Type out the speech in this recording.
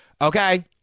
okay